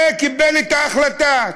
וקיבל את ההחלטה.